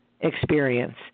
experience